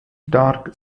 dark